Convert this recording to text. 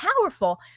powerful